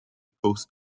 post